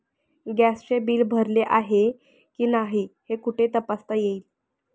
गॅसचे बिल भरले आहे की नाही हे कुठे तपासता येईल?